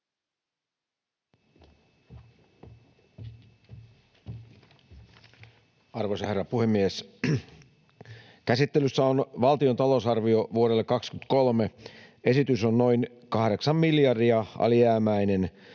Arvoisa herra puhemies! Käsittelyssä on valtion talousarvio vuodelle 2023. Esitys on noin kahdeksan miljardia alijäämäinen,